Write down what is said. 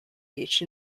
beach